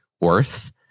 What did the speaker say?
worth